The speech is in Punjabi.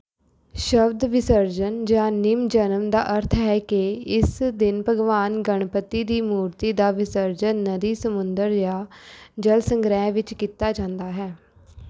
ਸ਼ਬਦ ਵਿਸਰਜਨ ਜਾਂ ਨਿਮਜਨਮ ਦਾ ਅਰਥ ਹੈ ਕਿ ਇਸ ਦਿਨ ਭਗਵਾਨ ਗਣਪਤੀ ਦੀ ਮੂਰਤੀ ਦਾ ਵਿਸਰਜਨ ਨਦੀ ਸਮੁੰਦਰ ਜਾਂ ਜਲ ਸੰਗ੍ਰਹਿ ਵਿੱਚ ਕੀਤਾ ਜਾਂਦਾ ਹੈ